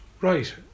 Right